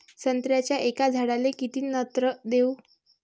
संत्र्याच्या एका झाडाले किती नत्र देऊ?